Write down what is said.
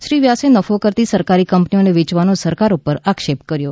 શ્રી વ્યાસે નફો કરતી સરકારી કંપનીઓને વેચવાનો સરકાર ઉપર આક્ષેપ કર્યો